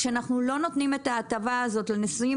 כשאנחנו לא נותנים את ההטבה הזאת לנוסעים